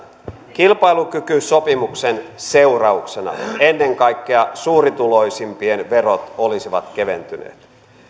kilpailukykysopimuksen seurauksena ennen kaikkea suurituloisimpien verot olisivat keventyneet